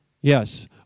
Yes